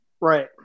Right